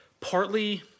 partly